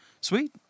Sweet